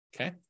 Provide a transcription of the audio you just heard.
Okay